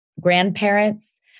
grandparents